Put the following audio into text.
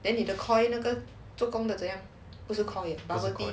then 你的 K_O_I 那个做工的不是 K_O_I